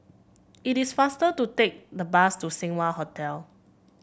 it is faster to take the bus to Seng Wah Hotel